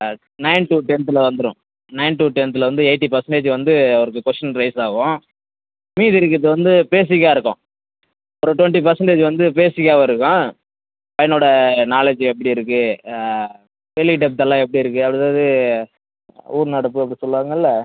nine to டென்த்துல வந்துரும் nine to டென்த்தில் வந்து எய்ட்டி பர்சன்டேஜ் வந்து அவருக்கு கொஸ்டின் ரைஸாகும் மீதி இருக்குறது வந்து பேஸிக்காகருக்கும் ஒரு டொண்ட்டி பர்சன்டேஜ் வந்து பேஸிக்காக இருக்கும் பையனோட நாலேஜ் எப்படி இருக்கு டெலிடெப்த் எல்லாம் எப்படி இருக்கு அடுத்தது ஊர் நடப்பு அப்படின் சொல்வாங்கல்ல